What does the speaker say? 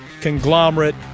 conglomerate